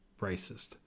racist